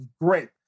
great